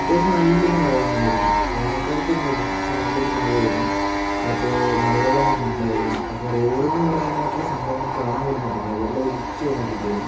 അത്യാവശ്യം നല്ലൊരു മഴ തന്നെയായിരുന്നു വേനൽകാലത്ത് തന്നെയായിരുന്നു പക്ഷെ നല്ലൊരു മഴയായിരുന്നു അപ്പോൾ മലവെള്ളം വന്നിട്ടുണ്ടായിരുന്നു അപ്പൊൾ റോഡെന്ന് പറയാനായിട്ടുള്ള സംഭവം കാണാൻ പോലും പറ്റുന്നില്ല വെള്ളം ഒലിച്ച് പൊന്നോണ്ടിരിക്കുവായിരുന്നു